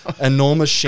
enormous